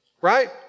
right